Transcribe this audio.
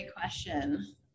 question